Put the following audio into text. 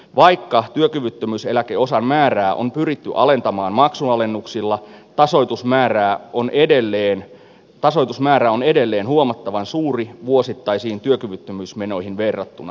vaikka työkyvyttömyyseläkeosan määrää on pyritty alentamaan maksunalennuksilla tasoitusmäärä on edelleen huomattavan suuri vuosittaisiin työkyvyttömyysmenoihin verrattuna